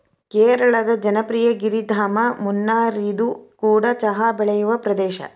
ಕೇರಳದ ಜನಪ್ರಿಯ ಗಿರಿಧಾಮ ಮುನ್ನಾರ್ಇದು ಕೂಡ ಚಹಾ ಬೆಳೆಯುವ ಪ್ರದೇಶ